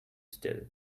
still